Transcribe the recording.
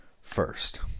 first